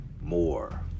more